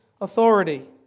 authority